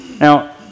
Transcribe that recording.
Now